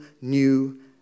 new